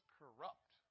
corrupt